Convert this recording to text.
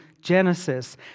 Genesis